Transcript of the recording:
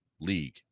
league